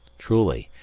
truly,